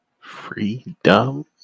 Freedom